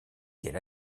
quel